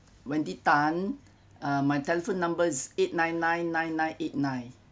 wendy wendy Tan uh my telephone number is eight nine nine nine nine eight nine